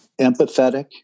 empathetic